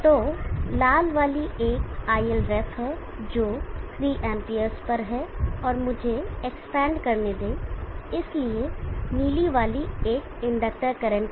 तो लाल वाली एक ILref है जो 3 Amps पर है और मुझे एक्सपेंड करने दें इसलिए नीली वाली एक इंडक्टर करंट है